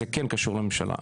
זה כן קשור לממשלה.